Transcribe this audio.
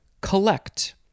collect